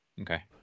Okay